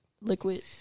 liquid